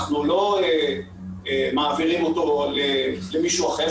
אנחנו לא מעבירים אותו למישהו אחר,